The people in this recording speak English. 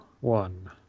one